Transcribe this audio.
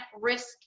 risk